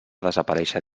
desaparèixer